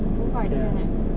五百千 eh